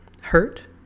hurt